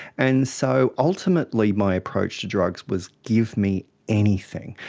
and so ultimately my approach to drugs was give me anything.